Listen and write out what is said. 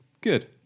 Good